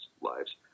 lives